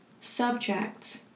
subject